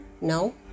No